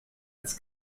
als